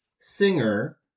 singer